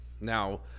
Now